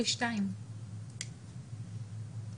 50% מהציבור,